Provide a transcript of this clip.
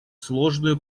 сложную